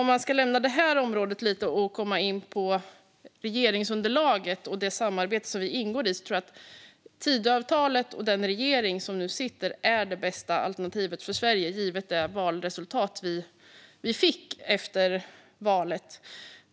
Om man ska lämna det här området lite och komma in på regeringsunderlaget och det samarbete vi ingår i tror jag att Tidöavtalet och den regering som nu sitter är det bästa alternativet för Sverige givet det valresultat vi fick.